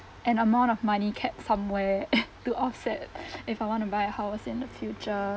an amount of money kept somewhere to offset if I want to buy a house in the future